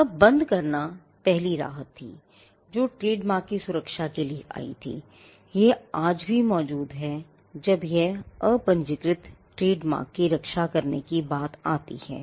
अब बंद करना पहली राहत थी जो ट्रेडमार्क की सुरक्षा के लिए आई थी यह आज भी मौजूद है जब यह अपंजीकृत ट्रेडमार्क की रक्षा करने की बात आती है